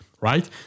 right